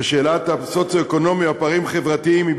ושאלת הסוציו-אקונומי או הפערים החברתיים היא